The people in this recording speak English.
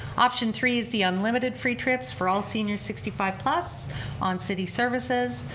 option three is the unlimited free trips for all seniors sixty five plus on city services.